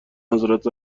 حضرت